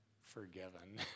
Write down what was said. forgiven